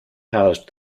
housed